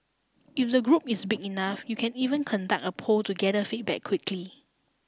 if the group is big enough you can even conduct a poll to gather feedback quickly